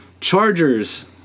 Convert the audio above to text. Chargers